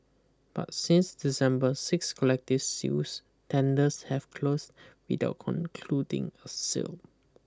but since December six collective sales tenders have closed without concluding a sale